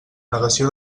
negació